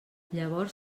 llavors